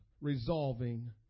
resolving